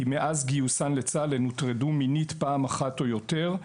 כי מאז גיוסן לצה"ל הן הוטרדו מינית פעם אחת או יותר.